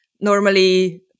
Normally